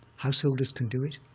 householders can do it.